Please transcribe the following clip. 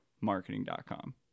marketing.com